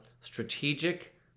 strategic